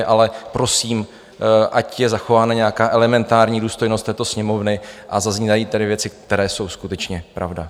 Ale prosím, ať je zachována nějaká elementární důstojnost této Sněmovny a zaznívají tady věci, které jsou skutečně pravda.